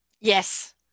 yes